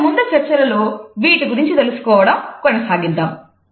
ఇకముందు చర్చలలో వీటి గురించి తెలుసుకోవడం కొనసాగిద్దాము